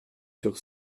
sur